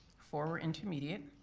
four were intermediate,